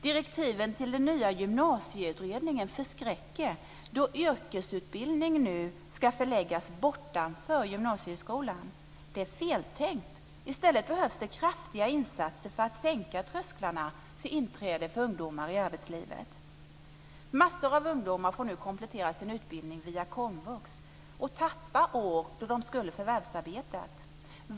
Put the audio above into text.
Direktiven till den nya gymnasieutredningen förskräcker, då yrkesutbildning ska förläggas bortanför gymnasieskolan. Det är feltänkt. I stället behövs det kraftiga insatser för att sänka trösklarna för inträde för ungdomar i arbetslivet. Mängder av ungdomar får nu komplettera sin utbildning via komvux och tappar år då de skulle förvärvsarbetat.